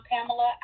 Pamela